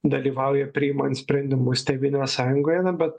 dalyvauja priimant sprendimus tėvynės sąjungoje na bet